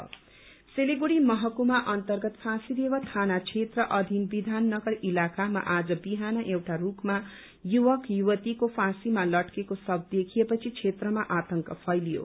suicide Siliguri महकुमा अन्तर्गत फाँसीदेवा थाना क्षेत्र अधिन विधान नगर इलाकामा आज बिहान एउटा रूखमा युवक युवतीको फाँसीमा लटकेको शव देखिए पछि क्षेत्रमा आतंक फैलियो